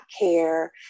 care